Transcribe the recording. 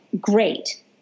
great